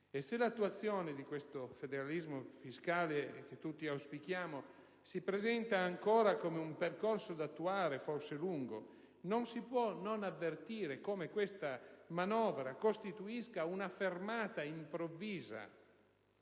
Ma se l'attuazione del federalismo fiscale, che tutti auspichiamo, si presenta come un percorso forse ancora lungo da attuare, non si può non avvertire come questa manovra costituisca una fermata improvvisa.